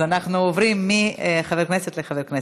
אז אנחנו עוברים מחבר כנסת לחבר כנסת.